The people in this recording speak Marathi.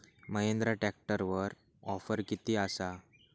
महिंद्रा ट्रॅकटरवर ऑफर किती आसा?